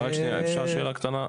רק שנייה, אפשר שאלה קטנה?